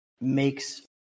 makes